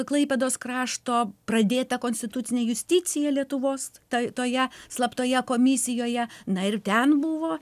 klaipėdos krašto pradėta konstitucinė justicija lietuvos tai toje slaptoje komisijoje na ir ten buvo